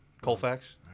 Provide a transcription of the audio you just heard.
Colfax